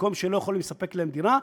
במקום שלא יכולים לספק להם דירה,